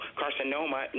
carcinoma